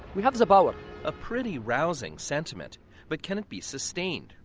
we have the power a pretty rousing sentiment but can it be sustained?